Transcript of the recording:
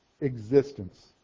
existence